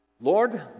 Lord